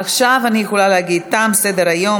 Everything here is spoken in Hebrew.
עכשיו אני יכולה להגיד: תם סדר-היום.